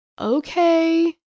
Okay